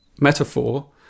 metaphor